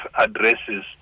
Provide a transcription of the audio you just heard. addresses